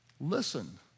Listen